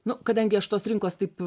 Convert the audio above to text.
nu kadangi aš tos rinkos taip